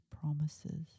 promises